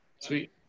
Sweet